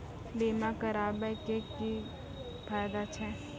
बीमा कराबै के की फायदा छै?